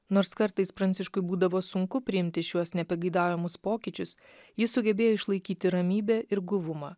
nors kartais pranciškui būdavo sunku priimti šiuos nepageidaujamus pokyčius jis sugebėjo išlaikyti ramybę ir guvumą